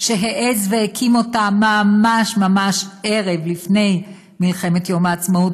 שהעז והקים אותה ממש ממש ערב לפני מלחמת יום העצמאות